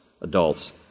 adults